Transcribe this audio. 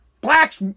Blacks